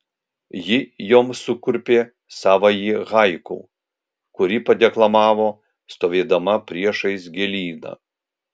ji joms sukurpė savąjį haiku kurį padeklamavo stovėdama priešais gėlyną